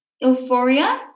euphoria